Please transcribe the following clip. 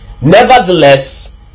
Nevertheless